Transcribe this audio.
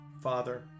Father